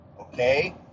Okay